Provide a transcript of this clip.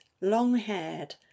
long-haired